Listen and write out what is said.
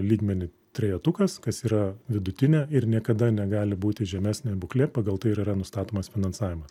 lygmenį trejetukas kas yra vidutinė ir niekada negali būti žemesnė būklė pagal tai ir yra nustatomas finansavimas